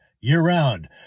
year-round